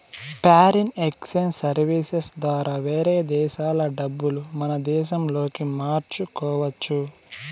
foreign exchange services ద్వారా వేరే దేశాల డబ్బులు మన దేశంలోకి మార్చుకోవచ్చు